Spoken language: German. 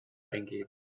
eingeben